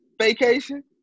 vacation